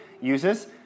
uses